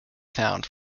found